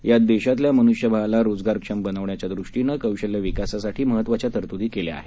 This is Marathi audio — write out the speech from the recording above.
यात देशातल्या मनुष्यबळाला रोजगारक्षम बनवण्याच्या दृष्टीनं कौशल्य विकासासाठी महत्त्वाच्या तरतूदी केल्या आहेत